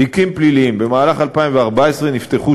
תיקים פליליים: במהלך 2014 נפתחו